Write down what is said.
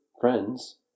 friends